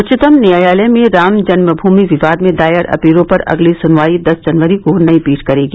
उच्चतम न्यायालय में राम जन्मज़ूमि विवाद में दायर अपीलों पर अगली सुनवाई दस जनवरी को नई पीठ करेगी